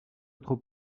autre